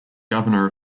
governor